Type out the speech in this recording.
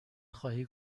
خواهی